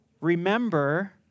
remember